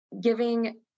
giving